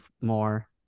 more